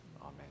Amen